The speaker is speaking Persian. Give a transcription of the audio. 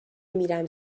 میرم